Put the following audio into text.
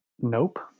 Nope